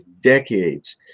decades